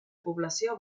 població